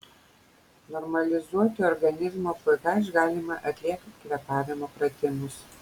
normalizuoti organizmo ph galima atliekant kvėpavimo pratimus